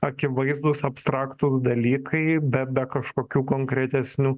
akivaizdūs abstraktūs dalykai be be kažkokių konkretesnių